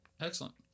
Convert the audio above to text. Excellent